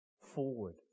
forward